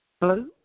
Hello